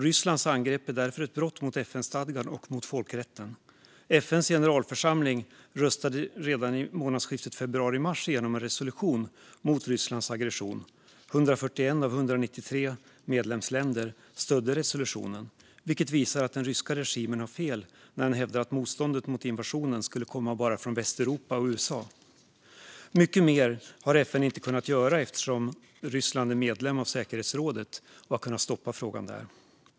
Rysslands angrepp är därför ett brott mot FN-stadgan och mot folkrätten. FN:s generalförsamling röstade redan i månadsskiftet februari/mars igenom en resolution mot Rysslands aggression. Det var 141 av 193 medlemsländer som stödde resolutionen, vilket visar att den ryska regimen har fel när den hävdar att motståndet mot invasionen skulle komma bara från Västeuropa och USA. Mycket mer har FN inte kunnat göra eftersom Ryssland är medlem av säkerhetsrådet och har kunnat stoppa frågan där.